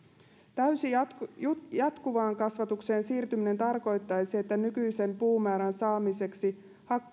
täysi jatkuvaan kasvatukseen siirtyminen tarkoittaisi että nykyisen puumäärän saamiseksi hakkuupinta